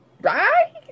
Right